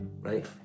Right